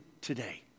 today